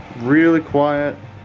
really quiet,